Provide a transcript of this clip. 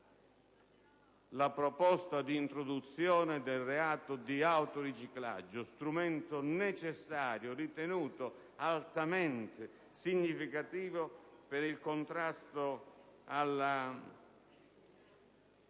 la proposta di introduzione del reato di autoriciclaggio, strumento necessario, ritenuto altamente significativo per il contrasto alla